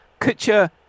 kutcher